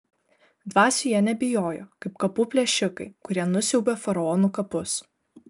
dvasių jie nebijojo kaip kapų plėšikai kurie nusiaubia faraonų kapus